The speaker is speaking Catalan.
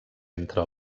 entre